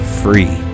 free